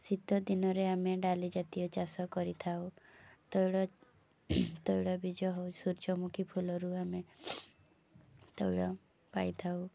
ଶୀତ ଦିନରେ ଆମେ ଡାଲି ଜାତୀୟ ଚାଷ କରିଥାଉ ତୈଳ ତୈଳ ବୀଜ ହେଉ ସୂର୍ଯ୍ୟମୁଖୀ ଫୁଲରୁ ଆମେ ତୈଳ ପାଇଥାଉ